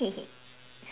mm